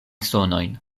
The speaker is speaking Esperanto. sonojn